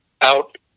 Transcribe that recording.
out